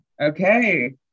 Okay